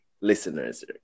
listeners